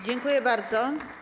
Dziękuję bardzo.